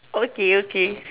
okay okay